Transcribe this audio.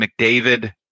McDavid